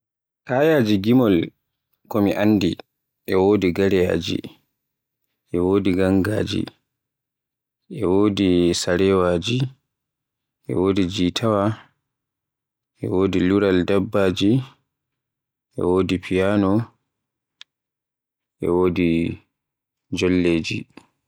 Kayaaji gimol ko mi anndi e wodi gareyaaji, e wodi gangaaji, e wodi jitaawa, e wodi luural dabbaji, e wodi gangaaji, e sarewaaji, e wodi jitaawa, e wodi luural dabbaji, e wodi piyaanoji, e wodi jolloji.